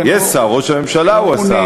יש שר, ראש הממשלה הוא השר.